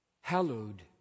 hallowed